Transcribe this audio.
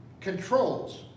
controls